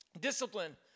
discipline